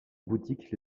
bouddhique